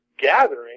gathering